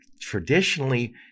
traditionally